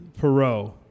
Perot